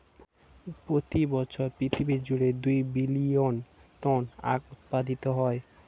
প্রতি বছর পৃথিবী জুড়ে দুই বিলিয়ন টন আখ উৎপাদিত হয়